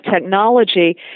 technology